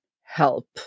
help